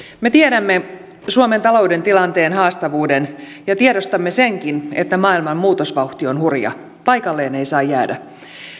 me tiedämme suomen talouden tilanteen haastavuuden ja tiedostamme senkin että maailman muutosvauhti on hurja paikalleen ei saa jäädä